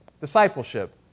discipleship